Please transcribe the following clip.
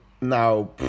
Now